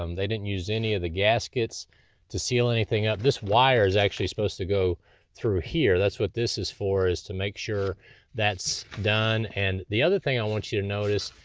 um they didn't use any of the gaskets to seal anything up. this wire is actually supposed to go through here. that's what this is for is to make sure that's done. and the other thing i want you to notice.